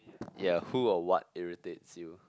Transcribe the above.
yea who or what irritates you